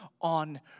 on